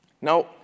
Now